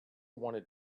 wanted